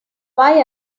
why